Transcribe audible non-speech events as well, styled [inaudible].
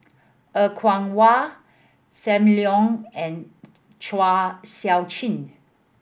Er Kwong Wah Sam Leong and [noise] Chua Sian Chin